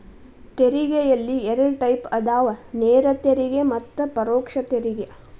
ತೆರಿಗೆಯಲ್ಲಿ ಎರಡ್ ಟೈಪ್ ಅದಾವ ನೇರ ತೆರಿಗೆ ಮತ್ತ ಪರೋಕ್ಷ ತೆರಿಗೆ